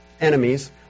enemies